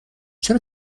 چرا